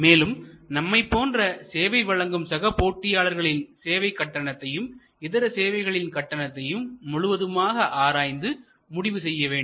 மேலும் நம்மைப் போன்ற சேவை வழங்கும் சக போட்டியாளர்களின் சேவை கட்டணத்தையும் இதர சேவைகளின் கட்டணத்தையும் முழுவதுமாக ஆராய்ந்து முடிவு செய்ய வேண்டும்